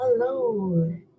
Hello